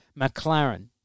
McLaren